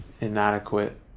Inadequate